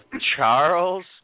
Charles